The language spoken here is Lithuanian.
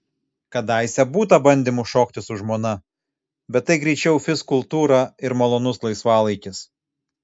kadaise būta bandymų šokti su žmona bet tai greičiau fizkultūra ir malonus laisvalaikis